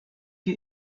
you